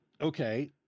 okay